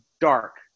dark